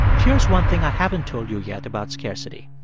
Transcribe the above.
here's one thing i haven't told you yet about scarcity.